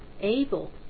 able